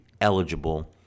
eligible